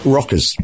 Rockers